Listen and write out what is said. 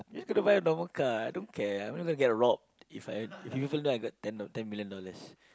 i'm just gonna buy a normal car I don't care I'm not gonna be robbed If I even though I got ten ten million dollars